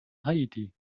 haiti